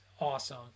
awesome